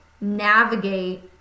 navigate